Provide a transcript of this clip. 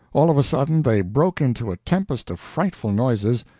all of a sudden they broke into a tempest of frightful noises,